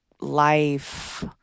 life